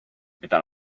mida